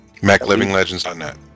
MacLivingLegends.net